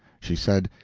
she said,